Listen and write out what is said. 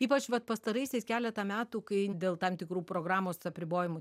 ypač vat pastaraisiais keletą metų kai dėl tam tikrų programos apribojimų